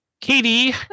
Katie